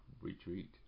retreat